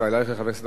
חבר הכנסת אחמד טיבי,